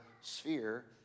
sphere